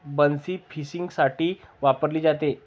बन्सी फिशिंगसाठी वापरली जाते